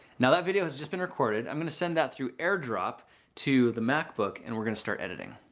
now, that video has just been recorded. i'm going to send that through airdrop to the macbook and we're going to start editing.